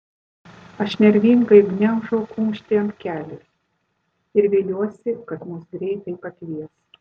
aš nervingai gniaužau kumštį ant kelių ir viliuosi kad mus greitai pakvies